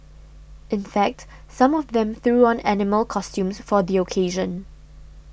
in fact some of them threw on animal costumes for the occasion